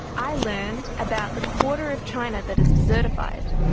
i learned about the quarter of china that is desertified,